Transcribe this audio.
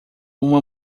uma